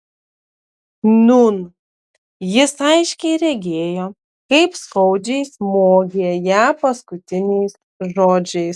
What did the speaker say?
nūn jis aiškiai regėjo kaip skaudžiai smogė ją paskutiniais žodžiais